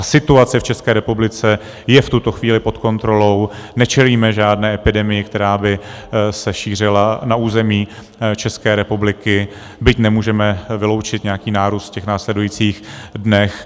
Situace v České republice je v tuto chvíli pod kontrolou, nečelíme žádné epidemii, která by se šířila na území České republiky, byť nemůžeme vyloučit nějaký nárůst v následujících dnech.